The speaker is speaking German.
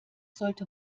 sollte